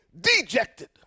dejected